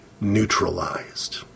neutralized